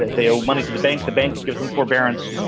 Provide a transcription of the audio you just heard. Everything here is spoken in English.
and they owe money to the bank. the bank gives them forbearance.